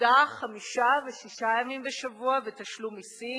חמישה ושישה ימים בשבוע ותשלום מסים,